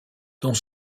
dont